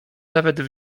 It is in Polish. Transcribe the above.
nawet